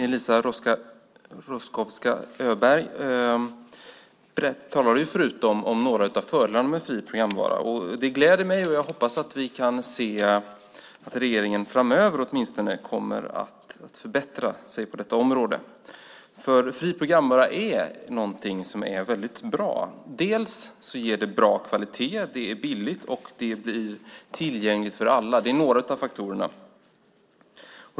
Eliza Roszkowska Öberg talade förut om några av fördelarna med fri programvara. Det gläder mig, och jag hoppas att regeringen framöver åtminstone kommer att förbättra sig på detta område. Fri programvara är nämligen något som är väldigt bra. Det ger bra kvalitet, det är billigt och det blir tillgängligt för alla. Det är några av faktorerna.